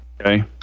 Okay